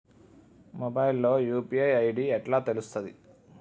Mobile లో UPI ID ఎట్లా తెలుస్తది?